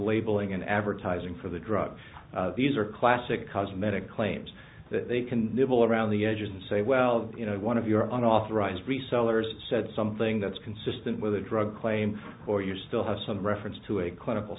labeling in advertising for the drug these are classic cosmetic claims that they can nibble around the edges and say well you know one of your own authorized resellers said something that's consistent with a drug claim or you still have some reference to a clinical